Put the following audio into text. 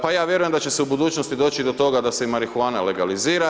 Pa ja vjerujem da će se u budućnosti doći i do toga da se i marihuana legalizira.